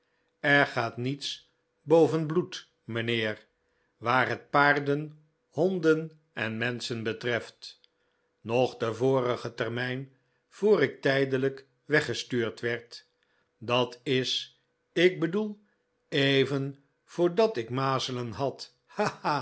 er gaat niets boven bloed nlijnheer waar het paarden honden en menschen betreft nog den vorigen termijn voor ik tijdelijk weggestuurd werd dat is ik bedoel even voordat ik mazelen had